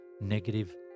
negative